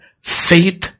faith